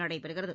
நடைபெறுகிறது